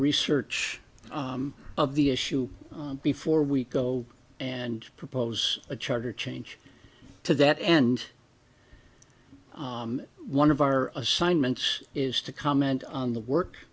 research of the issue before we go and propose a charter change to that and one of our assignments is to comment on the work